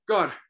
God